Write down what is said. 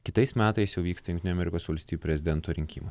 kitais metais jau vyksta jungtinių amerikos valstijų prezidento rinkimai